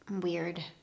weird